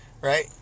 right